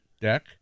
deck